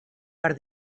per